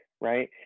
right